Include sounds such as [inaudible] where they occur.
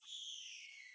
[noise]